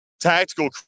Tactical